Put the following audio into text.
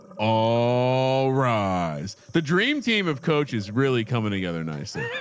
all rise. the dream team of coaches really coming together nicely.